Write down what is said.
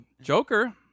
Joker